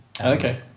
Okay